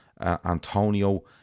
Antonio